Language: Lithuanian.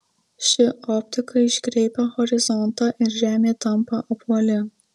ši optika iškreipia horizontą ir žemė tampa apvali